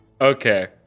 Okay